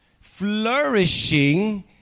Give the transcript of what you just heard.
flourishing